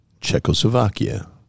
Czechoslovakia